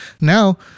Now